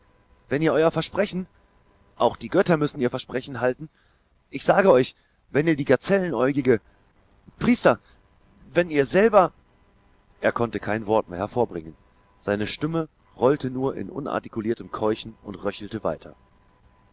wenn ihr euer versprechen auch die götter müssen ihr versprechen halten ich sage euch wenn ihr die gazellenäugige priester wenn ihr selber er konnte kein wort mehr hervorbringen seine stimme rollte nur in unartikuliertem keuchen und röcheln weiter